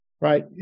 Right